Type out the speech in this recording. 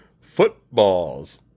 Football's